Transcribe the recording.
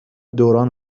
دوران